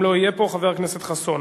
אם הוא לא יהיה פה, חבר הכנסת חסון.